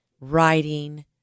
writing